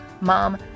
mom